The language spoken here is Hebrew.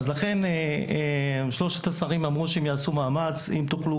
לכן שלושת השרים אמרו שהם יעשו מאמץ ואם תוכלו,